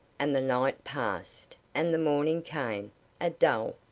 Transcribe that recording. and the night passed, and the morning came a dull,